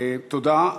תודה.